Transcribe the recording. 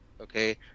okay